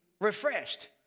refreshed